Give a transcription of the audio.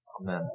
Amen